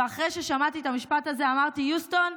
ואחרי ששמעתי את המשפט הזה אמרתי: Houston,